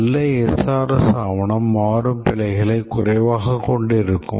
நல்ல SRS ஆவணம் மாறும் பிழைகளை குறைவாக கொண்டு இருக்கும்